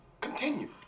continue